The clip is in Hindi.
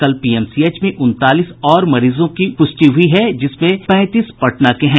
कल पीएमसीएच में उनतालीस और मरीजों की पुष्टि हुई जिसमें पैंतीस पटना के हैं